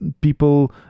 people